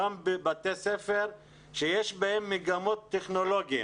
גם בבתי ספר שיש בהם מגמות טכנולוגיות.